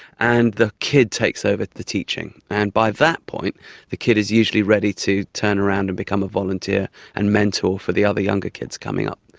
and the kid takes over the teaching. and by that point the kid is usually ready to turn around and become a volunteer and mentor for the other younger kids coming up.